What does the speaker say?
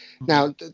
Now